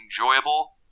enjoyable